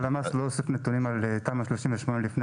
הלמ"ס לא אוסף נתונים על תמ"א 38 לפני